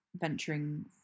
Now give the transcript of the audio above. venturing